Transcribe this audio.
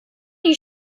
die